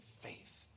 faith